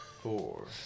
four